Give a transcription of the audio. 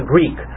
Greek